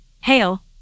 hail